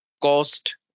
cost